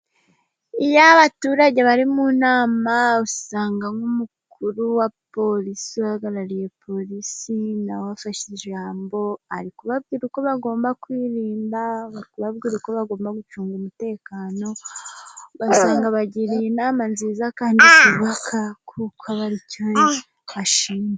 Iyo abaturage bari mu nama, usanga nk'umukuru wa porisi, cyangwa uhagarariye porisi, nawe afashije ijambo ari kubabwira uko bagomba kwirinda, ari kubabwira ko bagomba gucunga umutekano, ugasanga abagiriye inama nziza, kandi z'ububaka, kuko aricyo ashinzwe.